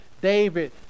David